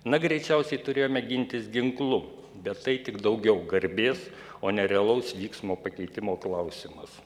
na greičiausiai turėjome gintis ginklu bet tai tik daugiau garbės o ne realaus vyksmo pakeitimo klausimas